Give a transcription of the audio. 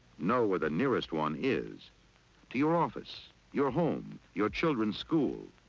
know where the nearest one is to your office, your home, your children's school.